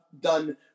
done